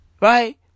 Right